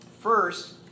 First